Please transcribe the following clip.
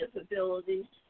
ability